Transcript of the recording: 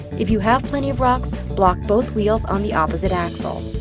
if you have plenty of rocks, block both wheels on the opposite axle.